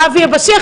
רב יהיה בשיח,